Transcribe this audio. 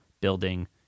building